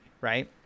Right